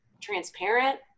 transparent